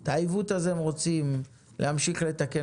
ואת העיוות הזה הם רוצים להמשיך לתקן